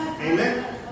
Amen